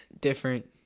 different